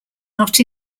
not